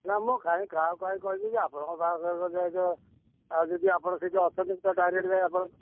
ନା ମୁଁ କାଇଁ କାହାକୁ କାଇଁ କହିବି କି ଆପଣଙ୍କ ପାଖରେ ତ ଆଉ ଯଦି ଆପଣ ସେଠି ଅଛନ୍ତି ମୁଁ ତ ଡାଇରେକ୍ଟ ଯାଇ ଆପଣ